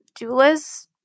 doulas